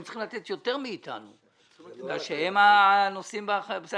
הם צריכים לתת יותר מאיתנו משום שהם הנושאים באחריות.